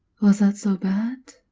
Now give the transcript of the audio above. was that so bad?